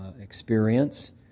experience